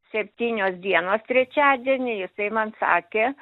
septynios dienos trečiadienį jisai man sakė